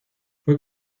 fue